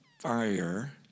fire